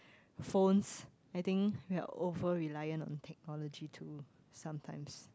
phones I think we are over reliant on technology too sometimes